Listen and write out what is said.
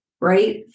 right